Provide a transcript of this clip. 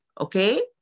Okay